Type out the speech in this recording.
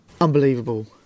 Unbelievable